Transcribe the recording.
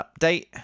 update